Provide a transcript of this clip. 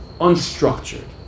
unstructured